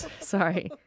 Sorry